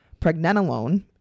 pregnenolone